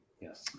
Yes